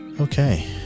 okay